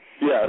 Yes